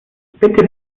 bitte